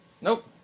Nope